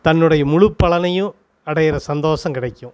தன்னுடைய முழு பலனையும் அடைகிற சந்தோசம் கிடைக்கும்